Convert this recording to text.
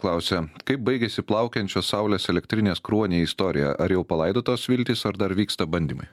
klausia kaip baigėsi plaukiančios saulės elektrinės kruonio istorija ar jau palaidotos viltys ar dar vyksta bandymai